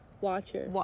watcher